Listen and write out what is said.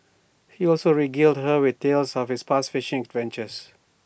he also regaled her with tales of his past fishing adventures